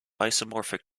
isomorphic